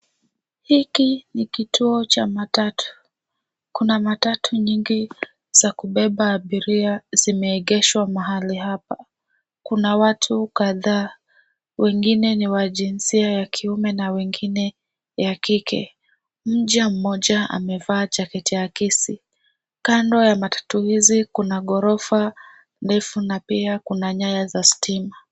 Hiki ni kituo cha matatu. Kuna matatu nyingi za kubeba abiria zimeegeshwa mahali hapa. Kuna watu kadhaa wengine ni wa jinsia ya kiume na wengine ya kike. Nje mmoja amevaa jaketi ya akisi, kando ya matatu hizi kuna ghorofa ndefu na pia kuna nyaya za stima.